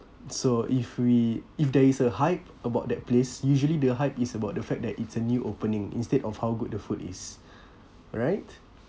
so if we if there is a hype about that place usually the hype is about the fact that it's a new opening instead of how good the food is right